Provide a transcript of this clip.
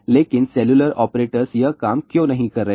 लेकिन cellular operators यह काम क्यों नहीं कर रहे हैं